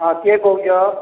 ହଁ କିଏ କହୁଛ